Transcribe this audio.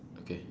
okay